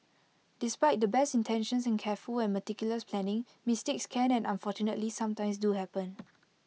despite the best intentions and careful and meticulous planning mistakes can and unfortunately sometimes do happen